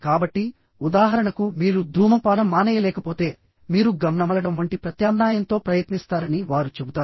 కాబట్టి ఉదాహరణకు మీరు ధూమపానం మానేయలేకపోతే మీరు గమ్ నమలడం వంటి ప్రత్యామ్నాయంతో ప్రయత్నిస్తారని వారు చెబుతారు